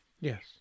Yes